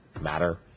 matter